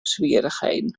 swierrichheden